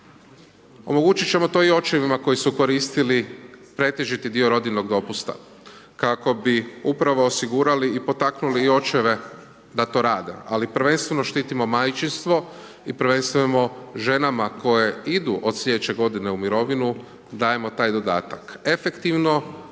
Omogućit ćemo to i očevima koji su koristili pretežiti dio rodiljnog dopusta, kako bi upravo osigurali i potaknuli i očeve da to rade, ali prvenstveno štitimo majčinstvo i prvenstveno ženama koje idu od sljedeće godine u mirovinu, dajemo taj dodatak. Efektivno